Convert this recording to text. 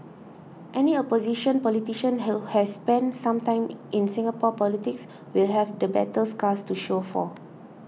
any opposition politician who has spent some time in Singapore politics will have the battle scars to show for